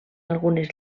algunes